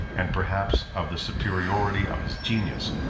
and perhaps of the superiority of his genius,